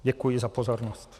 Děkuji za pozornost.